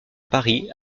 paris